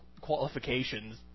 qualifications